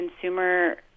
consumer